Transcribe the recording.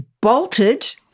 bolted